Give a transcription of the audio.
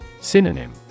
Synonym